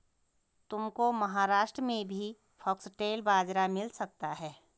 तुमको महाराष्ट्र में भी फॉक्सटेल बाजरा मिल सकता है